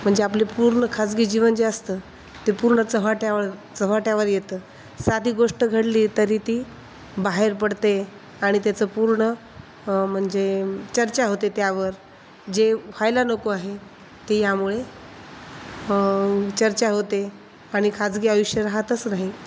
म्हणजे आपले पूर्ण खाजगी जीवन जे असतं ते पूर्ण चव्हाट्यावर चव्हाट्यावर येतं साधी गोष्ट घडली तरी ती बाहेर पडते आणि त्याचं पूर्ण म्हणजे चर्चा होते त्यावर जे व्हायला नको आहे ते यामुळे चर्चा होते आणि खाजगी आयुष्य राहातच राही